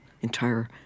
entire